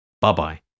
Bye-bye